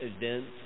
events